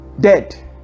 Dead